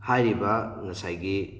ꯍꯥꯏꯔꯤꯕ ꯉꯁꯥꯏꯒꯤ